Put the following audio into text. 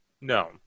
No